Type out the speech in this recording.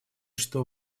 что